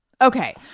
Okay